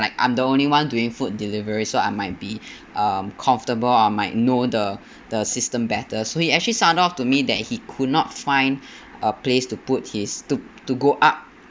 like I'm the only one doing food delivery so I might be um comfortable or might know the the system better so you actually sounded off to me that he could not find a place to put his to to go up